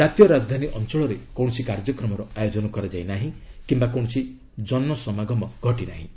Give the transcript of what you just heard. ଜାତୀୟ ରାଜଧାନୀ ଅଞ୍ଚଳରେ କୌଣସି କାର୍ଯ୍ୟକ୍ରମର ଆୟୋଜନ କରାଯାଇ ନାହିଁ କିୟା କୌଣସି ଜନସମାଗମ ଘଟି ନାହିଁ